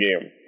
game